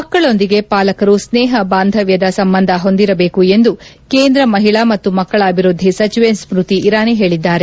ಮಕ್ಕಳೊಂದಿಗೆ ಪಾಲಕರು ಸ್ನೇಪ ಬಾಂಧವ್ಯದ ಸಂಬಂಧ ಹೊಂದಿರಬೇಕು ಎಂದು ಕೇಂದ್ರ ಮಹಿಳಾ ಮತ್ತು ಮಕ್ಕಳ ಅಭಿವ್ಯದ್ಧಿ ಸಚಿವೆ ಸ್ಮೃತಿ ಇರಾನಿ ಹೇಳಿದ್ದಾರೆ